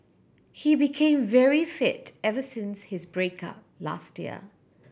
he became very fit ever since his break up last year